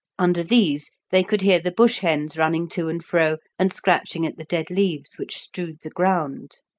under these they could hear the bush-hens running to and fro and scratching at the dead leaves which strewed the ground.